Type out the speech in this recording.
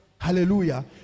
Hallelujah